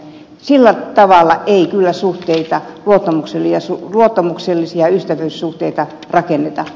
sillä tavalla ei kyllä suhteita luottamuksellisia ystävyyssuhteita rakenneta